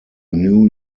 new